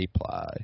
apply